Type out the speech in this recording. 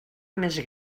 més